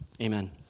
Amen